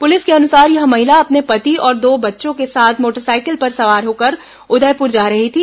police के अनुसार यह महिला अपने पति और दो बच्चों के साथ मोटरसाइकिल पर सवार होकर उदयपुर जा रही थी